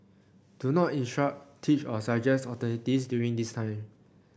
do not instruct teach or suggest alternatives during design